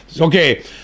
Okay